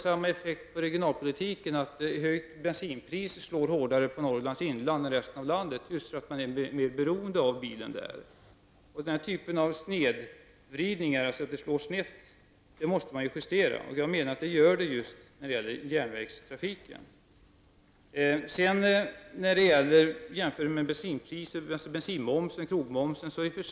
Samma effekt finns i regionalpolitiken. Höjda bensinpriser slår hårdare på Norrlands inland än resten av landet just därför att man där är mer beroende av bilen. Den typen av snedvridning måste justeras. Jag menar att det blir en snedvridning just när det gäller järnvägstrafiken. Jag har i och för sig inte kritiserat bensin och krogmomsen.